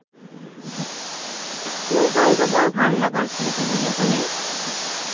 মোৰ শৈশৱৰ ভাল লগা স্মৃতি বুলি ক'লে